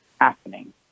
happening